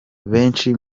benshi